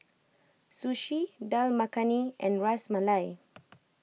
Sushi Dal Makhani and Ras Malai